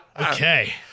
Okay